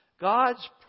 God's